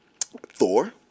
Thor